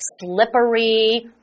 slippery